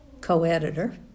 co-editor